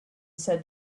said